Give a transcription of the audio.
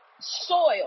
soil